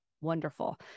wonderful